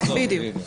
בדיוק.